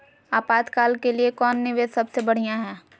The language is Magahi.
आपातकाल के लिए कौन निवेस सबसे बढ़िया है?